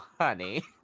honey